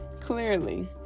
clearly